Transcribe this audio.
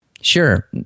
Sure